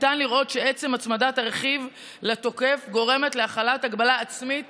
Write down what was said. ניתן לראות שעצם הצמדת רכיב לתוקף גורמת להחלת הגבלה עצמית